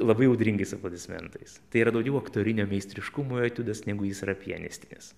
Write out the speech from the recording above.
labai audringais aplodismentais tai yra daugiau aktorinio meistriškumo etiudas negu jis yra pianistinis